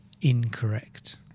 Incorrect